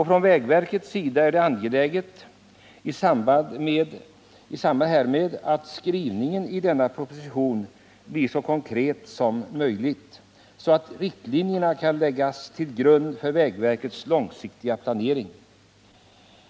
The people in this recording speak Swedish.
För vägverket är det angeläget att skrivningen i denna proposition blir så konkret som möjligt, så att riktlinjerna kan läggas till grund för vägverkets långsiktiga planering.